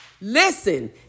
Listen